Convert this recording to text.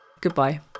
Goodbye